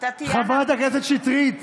חברת הכנסת שטרית,